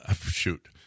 shoot